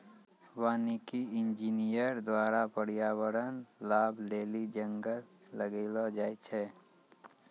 वानिकी इंजीनियर द्वारा प्रर्यावरण लाभ लेली जंगल लगैलो जाय छै